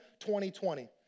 2020